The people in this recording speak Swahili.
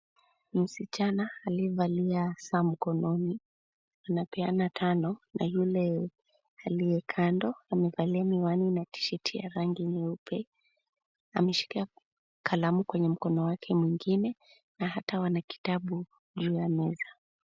Msichana aliyevalia saa mkononi anapeana tano na yule aliye kando amevalia miwani na T-shirt ya rangi nyeupe. Ameshika kalamu kwenye mkono wake mwingine na hata ana kitabu juu ya meza.